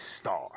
star